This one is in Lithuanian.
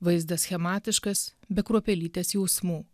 vaizdas schematiškas be kruopelytės jausmų